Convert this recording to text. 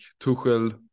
Tuchel